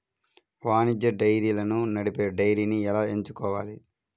వాణిజ్య డైరీలను నడిపే డైరీని ఎలా ఎంచుకోవాలి?